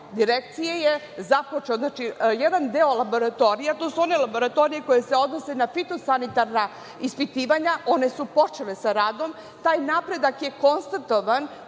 Direkcije je započeo, znači jedan deo laboratorija. To su one laboratorije koje se odnose na fitosanitarna ispitivanja. One su počele sa radom. Taj napredak je konstatovan